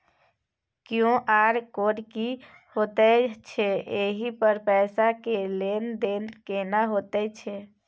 QR code की होयत छै एहि पर पैसा के लेन देन केना होयत छै?